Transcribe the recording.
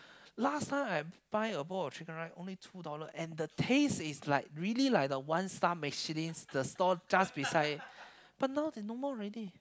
last time I have buy a bowl of chicken rice only two dollar and the taste is like really like the one star Michelin the stall just beside but now they no more already